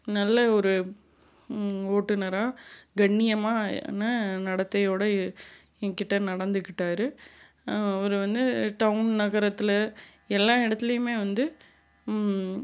நல்ல ஒரு ஓட்டுநராக கண்ணியமான நடத்தையோடய எங்கிட்ட நடந்துக்கிட்டார் அவர் வந்து டவுன் நகரத்தில் எல்லாம் இடத்துலையுமே வந்து